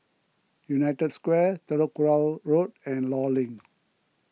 United Square Telok Kurau Road and Law Link